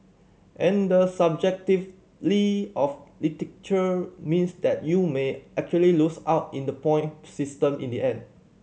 and the of literature means that you may actually lose out in the point system in the end